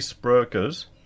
brokers